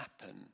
happen